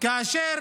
כאשר